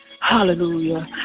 Hallelujah